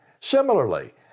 Similarly